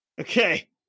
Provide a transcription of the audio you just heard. Okay